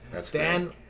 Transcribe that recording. Stan